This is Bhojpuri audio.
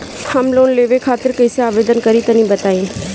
हम लोन लेवे खातिर कइसे आवेदन करी तनि बताईं?